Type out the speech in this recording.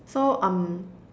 so um